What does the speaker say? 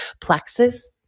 plexus